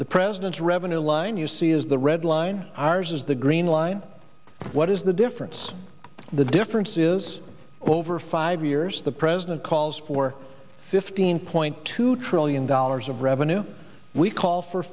the president's revenue line you see is the red line ours is the green line what is the difference the difference is over five years the president calls for fifteen point two trillion dollars of revenue we call for